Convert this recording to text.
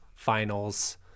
finals